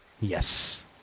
Yes